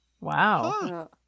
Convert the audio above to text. Wow